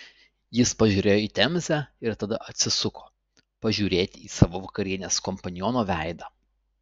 jis pažiūrėjo į temzę ir tada atsisuko pažiūrėti į savo vakarienės kompaniono veidą